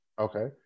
Okay